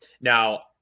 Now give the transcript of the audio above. Now